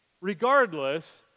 Regardless